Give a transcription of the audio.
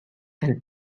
and